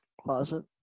closet